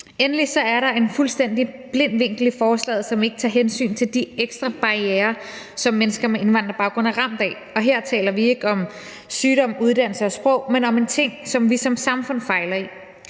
Endelig er der en fuldstændig blind vinkel i forslaget, som ikke tager hensyn til de ekstra barrierer, som mennesker med indvandrerbaggrund er ramt af. Her taler vi ikke om sygdom, uddannelse og sprog, men om en ting, som vi som samfund fejler i.